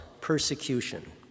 persecution